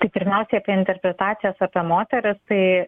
tai pirmiausia apie interpretacijas apie moteris tai